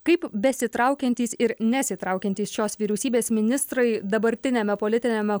kaip besitraukiantys ir nesitraukiantys šios vyriausybės ministrai dabartiniame politiniame